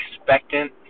expectant